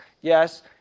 yes